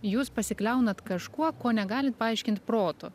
jūs pasikliaunat kažkuo ko negalit paaiškint protu